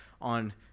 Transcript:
on